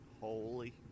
holy